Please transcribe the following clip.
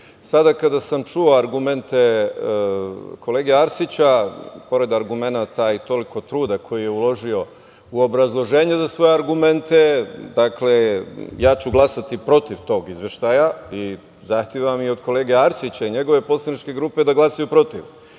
sada kada sam čuo argumente kolege Arsića, pored argumenata i toliko truda koji je uložio u obrazloženje za svoje argumente, glasaću protiv tog izveštaja. Zahtevam i od kolege Arsića i njegove poslaničke grupe da glasaju protiv.